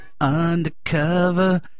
Undercover